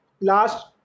last